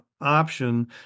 option